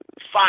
five